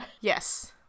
Yes